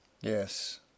Yes